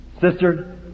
Sister